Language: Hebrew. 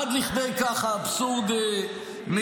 עד כדי כך האבסורד מגיע.